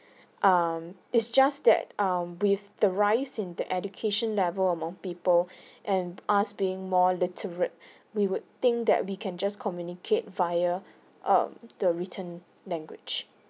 um it's just that um with the rise in the education level among people and us being more literate we would think that we can just communicate via um the written language